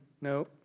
no